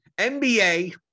NBA